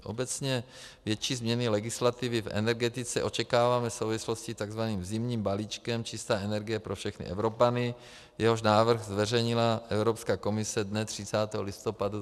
Obecně větší změny legislativy v energetice očekáváme v souvislosti s tzv. zimním balíčkem Čistá energie pro všechny Evropany, jehož návrh zveřejnila Evropská komise dne 30. listopadu 2016.